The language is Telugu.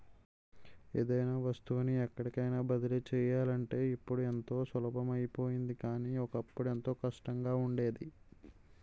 ఏదైనా వస్తువుని ఎక్కడికైన బదిలీ చెయ్యాలంటే ఇప్పుడు ఎంతో సులభం అయిపోయింది కానీ, ఒకప్పుడు ఎంతో కష్టంగా ఉండేది